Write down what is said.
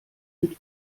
mit